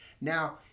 Now